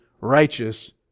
righteous